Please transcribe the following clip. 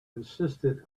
insisted